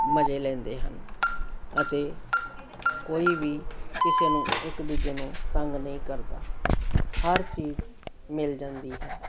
ਮਜ਼ੇ ਲੈਂਦੇ ਹਨ ਅਤੇ ਕੋਈ ਵੀ ਕਿਸੇ ਨੂੰ ਇੱਕ ਦੂਜੇ ਨੂੰ ਤੰਗ ਨਹੀਂ ਕਰਦਾ ਹਰ ਚੀਜ਼ ਮਿਲ ਜਾਂਦੀ ਹੈ